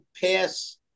pass